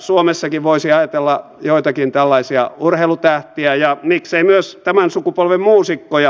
suomessakin voisi ajatella joitakin tällaisia urheilutähtiä ja miksei myös tämän sukupolven muusikkoja